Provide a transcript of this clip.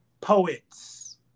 poets